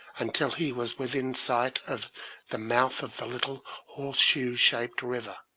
until he was within sight of the mouth of the little horse-shoe shaped river,